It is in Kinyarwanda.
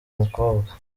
mukobwa